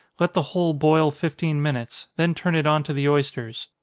let the whole boil fifteen minutes, then turn it on to the oysters.